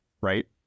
right